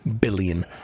billion